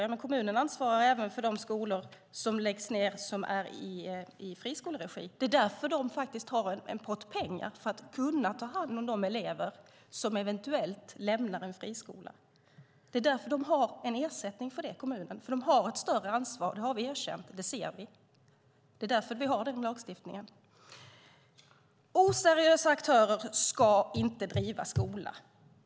Ja, men kommunen ansvarar även för de skolor som läggs ned som är i friskoleregi. De har därför en pott pengar för att kunna ta hand om de elever som eventuellt lämnar en friskola. Kommunerna har en ersättning därför att de har ett större ansvar, och det har vi erkänt. Det är därför vi har den lagstiftningen. Oseriösa aktörer ska inte driva skola.